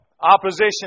opposition